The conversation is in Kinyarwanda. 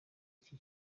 iki